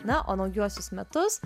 na o naujuosius metus